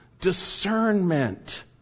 discernment